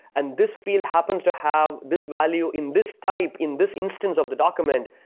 and this field happens to have this value in this type, in this instance of the document.